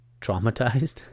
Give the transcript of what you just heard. traumatized